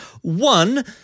One